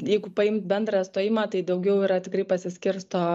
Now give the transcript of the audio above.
jeigu paimt bendrą stojimą tai daugiau yra tikrai pasiskirsto